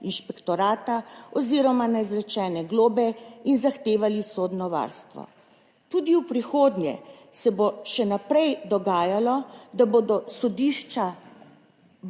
inšpektorata oziroma na izrečene globe in zahtevali sodno varstvo. Tudi v prihodnje se bo še naprej dogajalo, da bodo sodišča